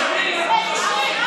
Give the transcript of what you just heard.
שומעים,